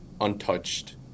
untouched